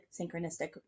synchronistic